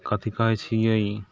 कथी कहै छियै